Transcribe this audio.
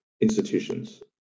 institutions